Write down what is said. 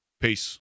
Peace